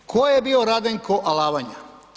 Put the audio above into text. Tko je bio Radenko Alavanja?